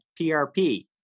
PRP